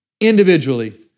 individually